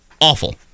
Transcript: Awful